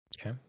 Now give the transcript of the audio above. Okay